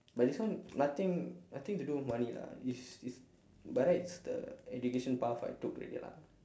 but this one nothing nothing to do with money lah it's it's by right it's the education path I took already lah